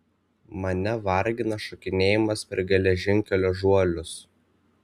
mane vargina šokinėjimas per geležinkelio žuolius